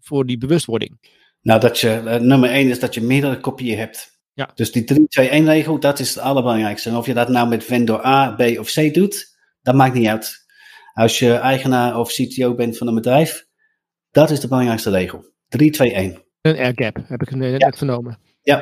voor die bewustwording? Nou, dat je- eh, nummer één is dat je meerdere kopieën hebt. Ja. Dus die 3-2-1 regel, dat is het allerbelangrijkste. En of je dat nou met vendor A, B of C doet, dat maakt niet uit. Als je eigenaar of CTO bent van een bedrijf, dat is de belangrijkste regel. 3-2-1. Een air gap, heb ik net- net Ja. vernomen. Ja.